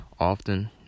often